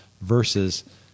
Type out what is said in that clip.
versus